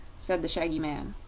said the shaggy man.